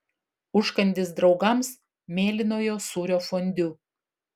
užkandis draugams mėlynojo sūrio fondiu